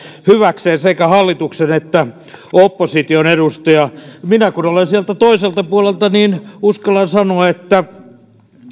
hyväkseen sekä hallituksen että opposition edustajat minä kun olen sieltä toiselta puolelta niin uskallan sanoa että